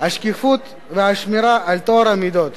השקיפות והשמירה על טוהר המידות.